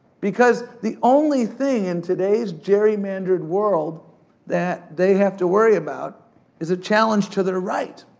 because the only thing in today's gerrymandered world that they have to worry about is a challenge to the right.